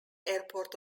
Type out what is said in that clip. airport